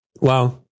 Wow